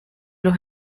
los